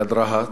ליד רהט,